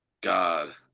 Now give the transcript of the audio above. God